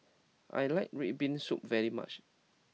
I like red bean soup very much